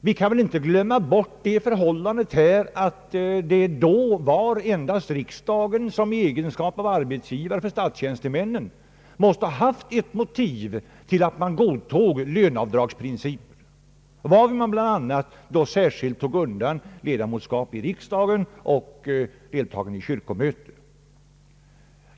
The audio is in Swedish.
Vi får inte gslömma bort att riksdagen i egenskap av arbetsgivare för statstjänstemännen den gången måste ha haft ett motiv till att den godtog löneavdragsprincipen, varvid bl.a. särskilt togs undan ledamotskap i riksdagen och deltagande i kyrkomötet.